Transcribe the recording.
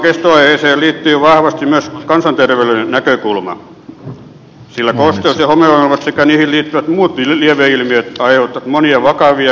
tähän valitettavaan kestoaiheeseen liittyy vahvasti myös kansanterveydellinen näkökulma sillä kosteus ja homeongelmat sekä niihin liittyvät muut lieveilmiöt aiheuttavat monia vakaviakin sairauksia